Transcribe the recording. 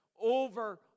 over